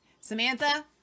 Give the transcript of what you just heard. Samantha